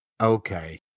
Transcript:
Okay